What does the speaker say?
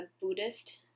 Buddhist